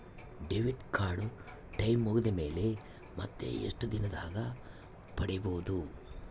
Debit card time ಮುಗಿದ ಮೇಲೆ ಮತ್ತೆ ಎಷ್ಟು ದಿನದಾಗ ಪಡೇಬೋದು?